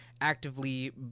actively